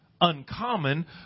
uncommon